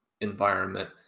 environment